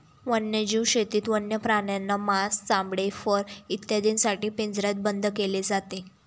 वन्यजीव शेतीत वन्य प्राण्यांना मांस, चामडे, फर इत्यादींसाठी पिंजऱ्यात बंद केले जाते